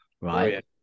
right